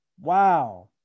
Wow